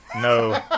no